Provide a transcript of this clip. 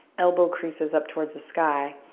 elbow creases up towards the sky.